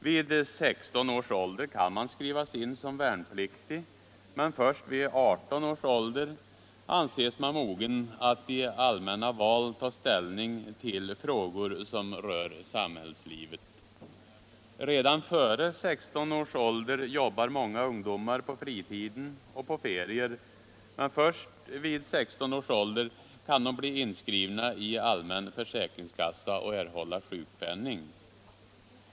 Vid 16 års ålder kan man skrivas in som värnpliktig, men först vid 18 års ålder anses man mogen att i allmänna val ta ställning till frågor som rör samhällslivet. Redan före 16 års ålder jobbar många ungdomar på fritiden och under ferier, men först vid 16 års ålder kan de bli inskrivna i allmän försäkringskassa och erhålla sjukpenning.